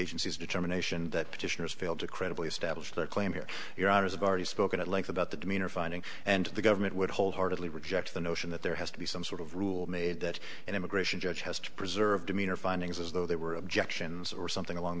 agency's determination that petitioners failed to credibly establish their claim here your honor is have already spoken at length about the demeanor finding and the government would wholeheartedly reject the notion that there has to be some sort of rule made that an immigration judge has to preserve demeanor findings as though there were objections or something along